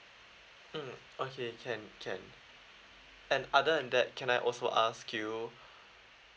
mm okay can can and other than that can I also ask you